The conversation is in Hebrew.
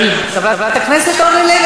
של, חברת הכנסת אורלי לוי